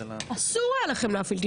הוא הצטרף לבקשתך.